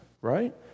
right